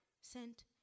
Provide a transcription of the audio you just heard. Sent